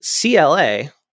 CLA